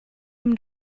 him